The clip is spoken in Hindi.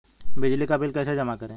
बिजली का बिल कैसे जमा करें?